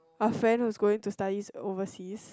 a friend was going to study overseas